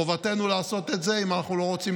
חובתנו לעשות את זה אם אנחנו לא רוצים